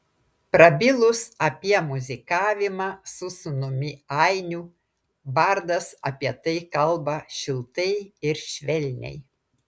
prabilus apie muzikavimą su sūnumi ainiu bardas apie tai kalba šiltai ir švelniai